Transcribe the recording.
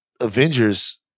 Avengers